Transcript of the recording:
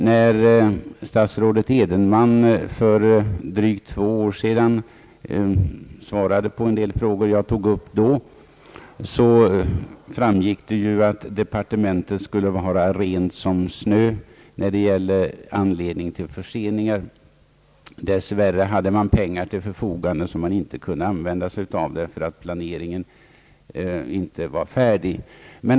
När statsrådet Edenman för drygt två år sedan svarade på de frågor jag då tog upp framgick det att departementets samvete skulle vara rent som snö i fråga om anledningen till förseningen. Dessvärre hade man pengar till förfogande som inte kunde användas därför att planeringen inte var färdig.